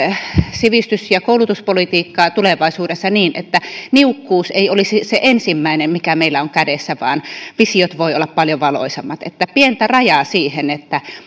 sivistys ja koulutuspolitiikkaa tulevaisuudessa niin että niukkuus ei olisi se ensimmäinen mikä meillä on kädessä vaan visiot voivat olla paljon valoisammat niin että pientä rajaa siihen